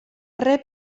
rep